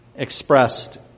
Expressed